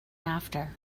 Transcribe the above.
after